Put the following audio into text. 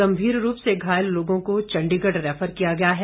गंभीर रूप से घायल लोगों को चंडीगढ़ रैफर किया गया है